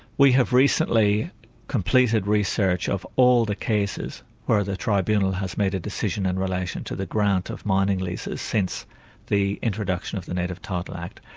we have recently completed research of all the cases where the tribunal has made a decision in relation to the grant of mining leases since the introduction of the native title act,